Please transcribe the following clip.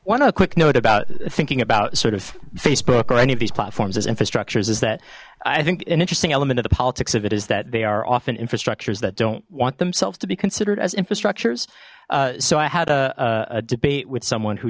not quick note about thinking about sort of facebook or any of these platforms as infrastructures is that i think an interesting element of the politics of it is that they are often infrastructures that don't want themselves to be considered as infrastructures so i had a debate with someone who